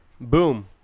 Boom